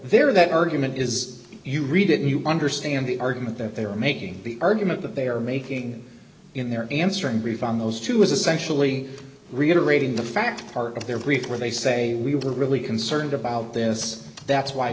there that argument is you read it you understand the argument that they are making the argument that they are making in their answering brief on those two is essentially reiterating the fact part of their brief where they say we were really concerned about this that's why